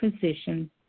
position